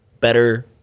better